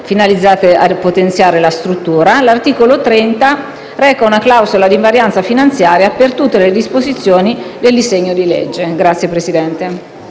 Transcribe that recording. finalizzate a potenziare la struttura. L'articolo 30 reca una clausola di invarianza finanziaria per tutte le disposizioni del disegno di legge. *(Applausi